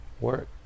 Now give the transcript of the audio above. work